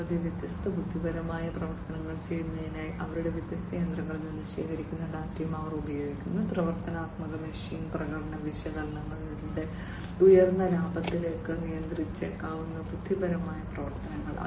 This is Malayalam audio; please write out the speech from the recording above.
കൂടാതെ വ്യത്യസ്ത ബുദ്ധിപരമായ പ്രവർത്തനങ്ങൾ ചെയ്യുന്നതിനായി അവരുടെ വ്യത്യസ്ത യന്ത്രങ്ങളിൽ നിന്ന് ശേഖരിക്കുന്ന ഡാറ്റയും അവർ ഉപയോഗിക്കുന്നു പ്രവചനാത്മക മെഷീൻ പ്രകടന വിശകലനത്തിലൂടെ ഉയർന്ന ലാഭത്തിലേക്ക് നയിച്ചേക്കാവുന്ന ബുദ്ധിപരമായ പ്രവർത്തനങ്ങൾ